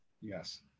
Yes